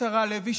השרה לוי,